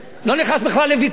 לא נכנס בכלל לוויכוח.